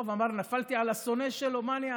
טוב, אמר, נפלתי על השונא שלו, מה אני אעשה.